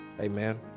amen